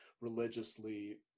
religiously